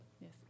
Yes